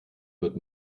wird